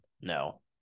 No